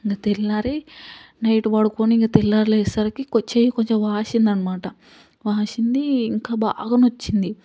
ఇంక తెల్లారి నైట్ పడుకొని ఇంక తెల్లారి లేచేసరికి కొ చెయ్యి కొంచెం వాసింది అనమాట వాసింది ఇంకా బాగా నొచ్చింది